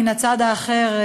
מן הצד האחר,